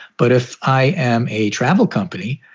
but if i am a travel company,